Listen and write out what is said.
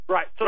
Right